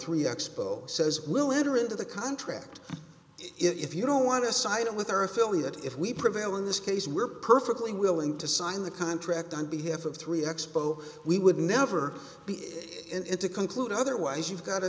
three expo says we'll enter into the contract if you don't want us siding with our affiliate if we prevail in this case we're perfectly willing to sign the contract on behalf of three expo we would never be in it to conclude otherwise you've got